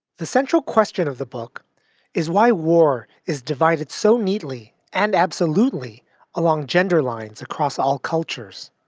the central question of the book is why war is divided so neatly and absolutely along gender lines across all cultures.